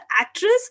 actress